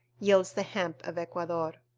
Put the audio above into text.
yields the hemp of ecuador.